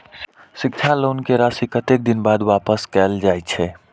शिक्षा लोन के राशी कतेक दिन बाद वापस कायल जाय छै?